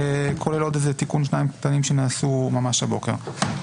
כולל עוד תיקון שניים קטנים שנעשו ממש הבוקר.